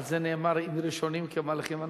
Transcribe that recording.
על זה נאמר: אם ראשונים כמלאכים,